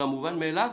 על המובן מאליו?